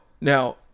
now